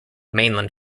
mainland